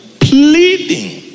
Pleading